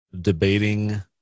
debating